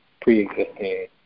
pre-existing